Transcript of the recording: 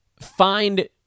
find